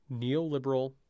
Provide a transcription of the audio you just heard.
neoliberal